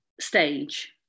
stage